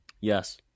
Yes